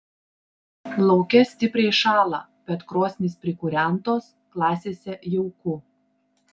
lauke stipriai šąla bet krosnys prikūrentos klasėse jauku